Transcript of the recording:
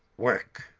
work!